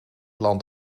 land